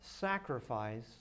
sacrifice